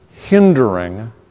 Hindering